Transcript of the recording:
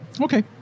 Okay